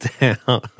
down